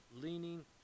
leaning